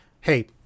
Hey